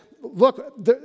look